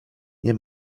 nie